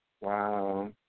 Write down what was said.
Wow